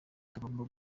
tugomba